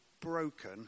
broken